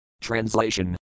Translation